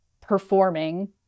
performing